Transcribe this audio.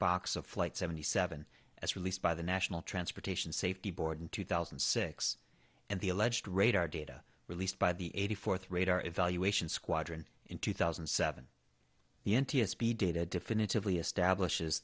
box of flight seventy seven as released by the national transportation safety board in two thousand and six and the alleged radar data released by the eighty fourth radar evaluation squadron in two thousand and seven the n t s b data definitively establishes